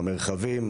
המרחבים,